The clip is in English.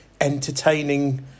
entertaining